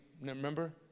Remember